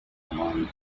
command